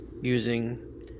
using